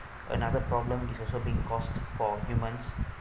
another problem is also being cost for humans